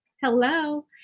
Hello